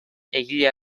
egile